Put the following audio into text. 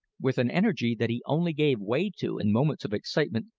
with an energy that he only gave way to in moments of excitement,